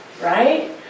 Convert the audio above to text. right